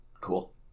Cool